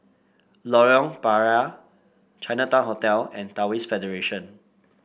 Lorong Payah Chinatown Hotel and Taoist Federation